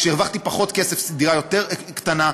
כשהרווחתי פחות כסף דירה יותר קטנה,